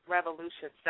Revolution